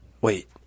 Wait